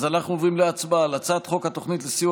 אז אנחנו עוברים להצבעה על הצעת חוק התוכנית לסיוע